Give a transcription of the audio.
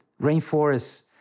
rainforests